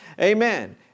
Amen